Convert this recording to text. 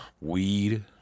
Weed